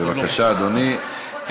בבקשה, אדוני.